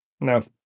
No